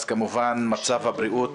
אז כמובן מצב הבריאות